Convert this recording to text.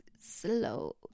slow